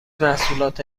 محصولات